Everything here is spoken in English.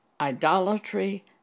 idolatry